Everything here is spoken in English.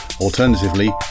Alternatively